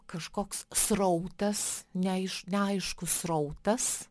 kažkoks srautas ne iš neaiškus srautas